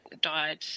died